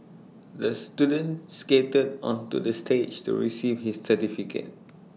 the student skated onto the stage to receive his certificate